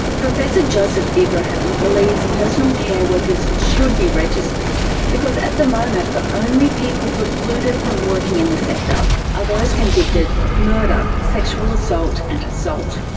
professor joseph ibrahim believes personal care workers should be registered because at the moment the only people precluded from working in the sector are those convicted of murder, sexual assault and assault.